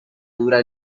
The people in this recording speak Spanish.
dura